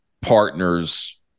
partners